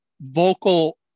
vocal